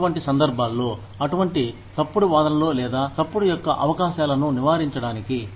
ఇటువంటి సందర్భాల్లో అటువంటి తప్పుడు వాదనలు లేదా తప్పుడు యొక్క అవకాశాలను నివారించడానికి